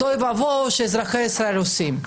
על תוהו ובוהו שאזרחי ישראל עושים.